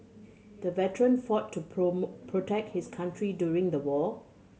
the veteran fought to protect his country during the war